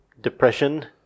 depression